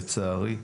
לצערי,